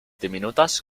diminutas